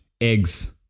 eggs